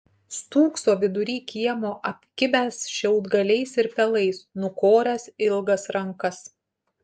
stūkso vidury kiemo apkibęs šiaudgaliais ir pelais nukoręs ilgas rankas